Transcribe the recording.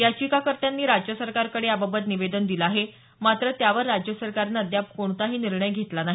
याचिकाकर्त्यांनी राज्य सरकारकडे याबाबत निवेदन दिलं आहे मात्र त्यावर राज्य सरकारनं अद्याप कोणताही निर्णय घेतला नाही